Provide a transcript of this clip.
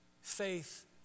faith